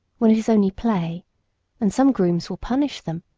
when it is only play and some grooms will punish them,